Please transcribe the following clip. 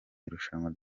irushanwa